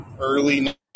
early